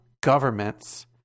governments